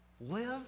Live